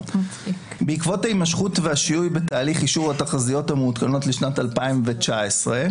"בעקבות ההימשכות והשיהוי בתהליך אישור התחזיות המעודכנות לשנת 2019,